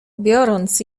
biorąc